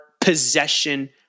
possession